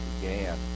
began